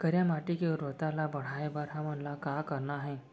करिया माटी के उर्वरता ला बढ़ाए बर हमन ला का करना हे?